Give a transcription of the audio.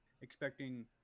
expecting